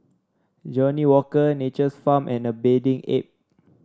Johnnie Walker Nature's Farm and A Bathing Ape